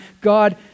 God